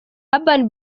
urban